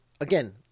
again